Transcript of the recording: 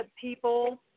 people